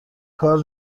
کار